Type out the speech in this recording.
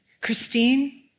Christine